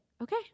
okay